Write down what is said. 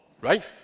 right